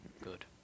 good